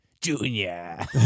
Junior